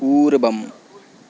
पूर्वम्